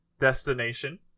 destination